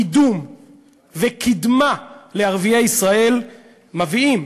קידום וקדמה לערביי ישראל מביאים